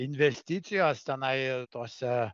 investicijos tenai tose